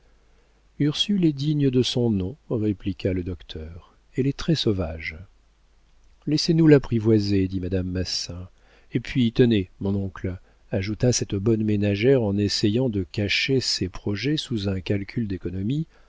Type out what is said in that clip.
ursule ursule est digne de son nom répliqua le docteur elle est très-sauvage laissez-nous l'apprivoiser dit madame massin et puis tenez mon oncle ajouta cette bonne ménagère en essayant de cacher ses projets sous un calcul d'économie